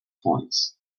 points